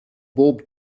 bob